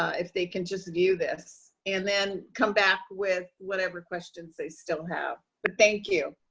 if they can just view this and then come back with whatever questions they still have. but thank you.